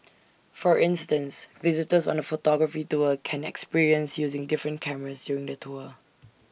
for instance visitors on the photography tour can experience using different cameras during the tour